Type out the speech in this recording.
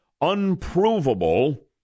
unprovable